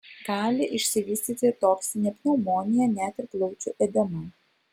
gali išsivystyti toksinė pneumonija net ir plaučių edema